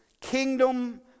kingdom